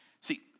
See